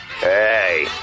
Hey